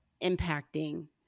impacting